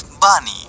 Bunny